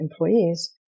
employees